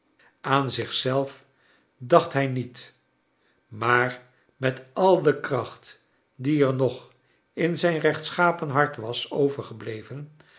aan zich zelf dacht hij niet maar met al de kracht die er nog in zijn rechtschapen hart was overgebleven